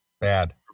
bad